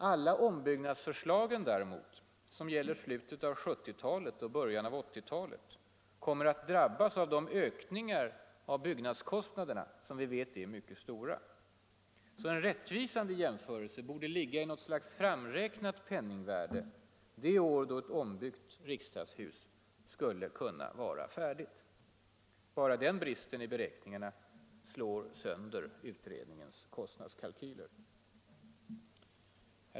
Alla ombyggnadsförslag däremot, som gäller slutet av 1970 talet och början av 1980-talet, kommer att drabbas av de ökningar av byggnadskostnaderna som vi vet är mycket stora. En rättvisande jämförelse borde ligga i något slags framräknat penningvärde det år då ett ombyggt riksdagshus skulle kunna vara färdigt. Bara den bristen i beräkningarna slår sönder utredningens kostnadskalkyler.